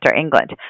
England